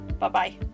Bye-bye